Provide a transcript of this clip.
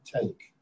take